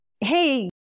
hey